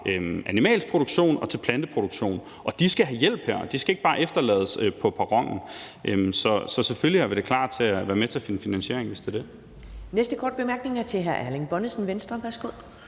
animalsk produktion til planteproduktion, og de skal have hjælp – de skal ikke bare efterlades på perronen. Så selvfølgelig er vi da klar til at være med til at finde finansiering. Kl.